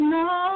no